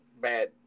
bad